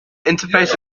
interface